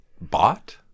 bought